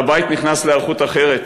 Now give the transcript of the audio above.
הבית נכנס להיערכות אחרת.